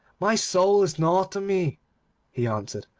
my soul is nought to me he answered.